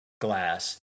glass